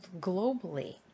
globally